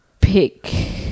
pick